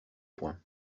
point